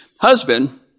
husband